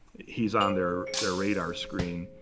he's on their their radar screen.